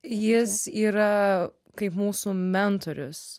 jis yra kaip mūsų mentorius